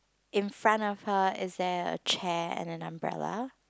in front of her is there a chair and an umbrella